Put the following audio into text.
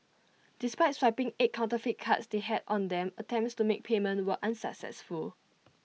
despite swiping eight counterfeit cards they had on them attempts to make payment were unsuccessful